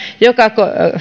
joka